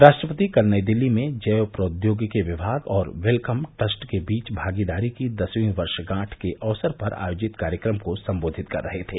राष्ट्रपति कल नई दिल्ली में जैव प्रौद्योगिकी विमाग और वेल्कम ट्रस्ट के बीच भागीदारी की दसवीं वर्षगांठ के अवसर पर आयोजित कार्यक्रम को संबोधित कर रहे थे